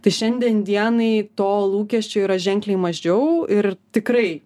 tai šiandien dienai to lūkesčio yra ženkliai mažiau ir tikrai